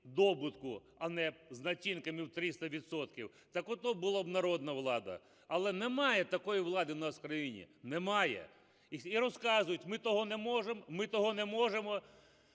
добутку, а не з націнками в 300 відсотків, так ото була б народна влада. Але немає такої влади у нас в країні. Немає. І розказують: ми того не можем, ми того не можемо.